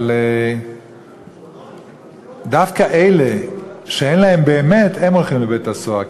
אבל דווקא אלה שבאמת אין להם הולכים לבית-הסוהר.